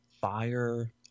fire